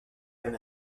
même